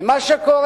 כי מה שקורה,